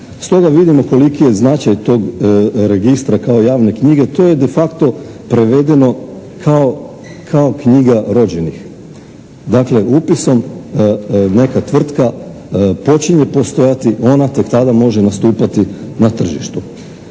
Stoga vidimo koliki je značaj tog registra kao javne knjige. To je de facto prevedeno kao knjiga rođenih. Dakle upisom neka tvrtka počinje postojati, ona tek tada može nastupati na tržištu.